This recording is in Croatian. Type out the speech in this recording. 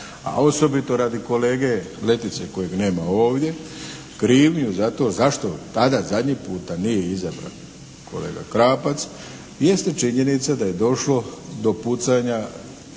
osobito radi kolege Letice kojeg nema ovdje krivnju zato, zašto tada zadnji puta nije izabran kolega Krapac jeste činjenica da je došlo do pucanja